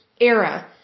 era